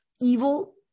evil